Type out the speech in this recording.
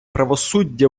правосуддя